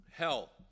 Hell